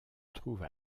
trouve